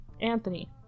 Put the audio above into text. Anthony